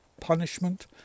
punishment